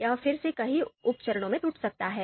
यह फिर से कई उप चरणों में टूट सकता है